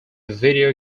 video